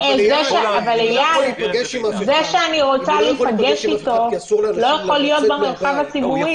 אבל זה שאני רוצה להיפגש איתו לא יכול להיות במרחב הציבורי.